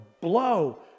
blow